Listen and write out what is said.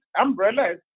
umbrellas